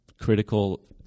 critical